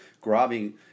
grabbing